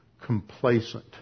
complacent